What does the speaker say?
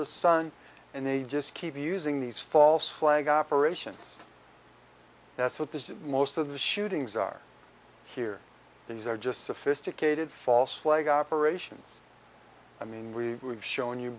the sun and they just keep using these false flag operations that's what the most of the shootings are here these are just sophisticated false flag operations i mean we were showing you